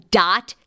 dot